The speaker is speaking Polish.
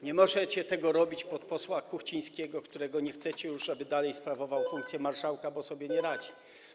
Nie możecie tego robić pod posła Kuchcińskiego, co do którego już nie chcecie, aby dalej sprawował funkcję marszałka, bo sobie nie radzi.